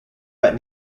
but